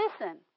Listen